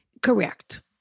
Correct